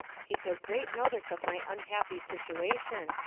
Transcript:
he took great notice of my unhappy situation,